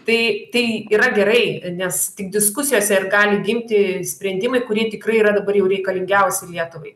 tai tai yra gerai nes tik diskusijose ir gali gimti sprendimai kurie tikrai yra dabar jau reikalingiausi lietuvai